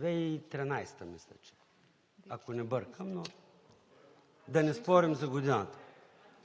2013 г. мисля, че е, ако не бъркам, но да не спорим за годината,